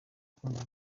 kumva